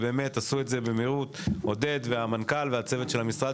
הם עשו זאת במהירות עודד, המנכ"ל וצוות המשרד